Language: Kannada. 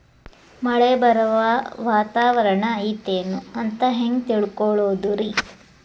ಮಳೆ ಬರುವ ವಾತಾವರಣ ಐತೇನು ಅಂತ ಹೆಂಗ್ ತಿಳುಕೊಳ್ಳೋದು ರಿ?